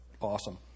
awesome